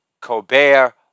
Colbert